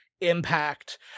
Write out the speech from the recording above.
impact